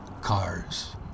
cars